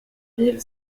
mille